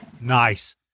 Nice